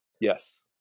Yes